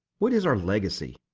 what is our legacy?